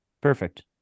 perfect